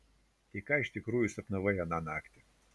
tai ką iš tikrųjų sapnavai aną naktį